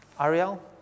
Ariel